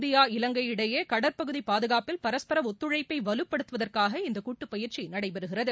India Ilangai இடையே கடற்பகுதி பாதுகாப்பில் பரஸ்பர ஒத்துழைப்பை வலுப்படுத்துவதற்காக இந்த கூட்டு பயிற்சி நடைபெறுகிறது